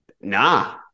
Nah